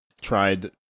tried